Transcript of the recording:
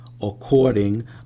according